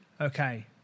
Okay